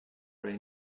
ray